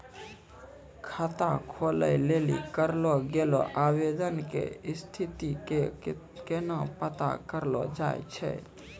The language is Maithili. खाता खोलै लेली करलो गेलो आवेदन के स्थिति के केना पता करलो जाय छै?